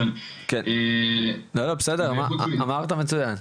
כן בסדר, אתה אמרת מצוין.